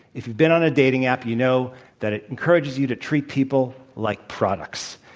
if you've been on a dating app, you know that it encourages you to treat people like products.